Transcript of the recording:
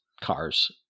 cars